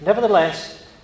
Nevertheless